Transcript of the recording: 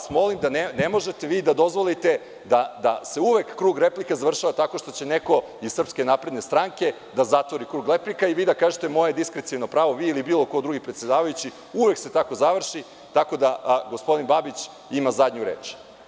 Molim vas, ne možete vi da dozvolite da se uvek krug replika završava tako što će neko iz Srpske narodne stranke da zatvori krug replika i vi da kažetemoje diskreciono pravo, vi ili bilo koji drugi predsedavajući, uvek se tako završi, tako da gospodin Babić ima zadnju reč.